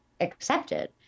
accepted